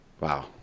Wow